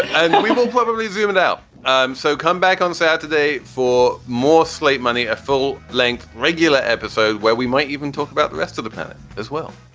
and guess we will probably zoom in now um so come back on saturday for more slate money, a full length regular episode where we might even talk about the rest of the planet as well